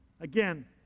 Again